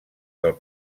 del